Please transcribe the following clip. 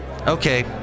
Okay